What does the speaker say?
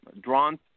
drawn